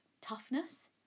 toughness